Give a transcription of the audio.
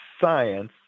science